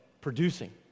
producing